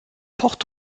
port